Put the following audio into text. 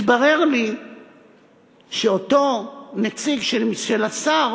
מתברר לי שאותו נציג של השר